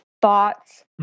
thoughts